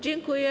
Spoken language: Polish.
Dziękuję.